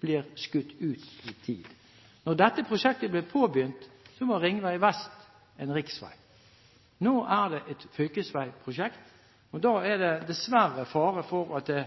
blir skutt ut i tid. Da dette prosjektet ble påbegynt, var Ringvei Vest en riksvei. Nå er det et fylkesveiprosjekt. Da er det dessverre fare for at det